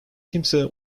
kimse